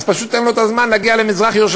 אז פשוט אין לו זמן להגיע למזרח-ירושלים.